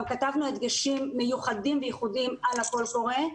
אנחנו גם כתבנו הדגשים מיוחדים וייחודים על הקול קורא,